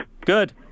Good